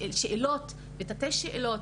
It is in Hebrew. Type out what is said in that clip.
שאלות ותתי שאלות.